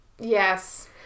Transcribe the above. Yes